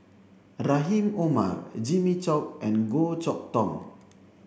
Rahim Omar Jimmy Chok and Goh Chok Tong